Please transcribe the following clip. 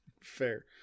Fair